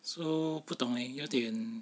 so 不懂 leh 有点